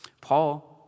Paul